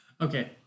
Okay